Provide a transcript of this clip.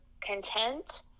content